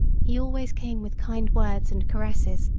he always came with kind words and caresses,